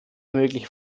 mögliche